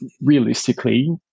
realistically